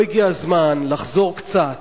לא הגיע הזמן לחזור קצת,